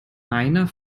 meiner